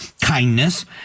kindness